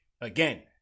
Again